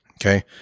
Okay